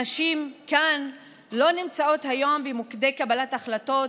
נשים כאן לא נמצאות היום במוקדי קבלת החלטות,